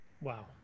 wow